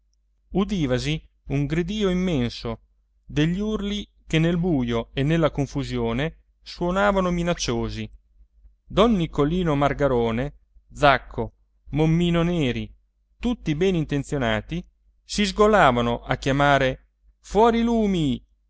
fiume udivasi un gridìo immenso degli urli che nel buio e nella confusione suonavano minacciosi don niccolino margarone zacco mommino neri tutti i bene intenzionati si sgolavano a chiamare fuori i lumi